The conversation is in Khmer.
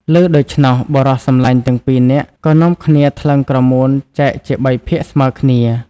ឮដូច្នោះ បុរសសំឡាញ់ទាំងពីរនាក់ក៏នាំគ្នាថ្លឹងក្រមួនចែកជាបីភាគស្មើគ្នា។